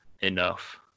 enough